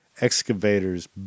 excavators